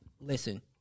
listen